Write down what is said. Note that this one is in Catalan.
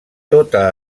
tota